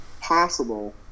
possible